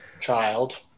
child